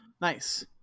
nice